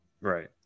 Right